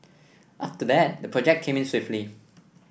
after that the project came in swiftly